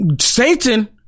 Satan